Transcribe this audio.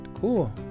cool